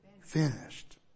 finished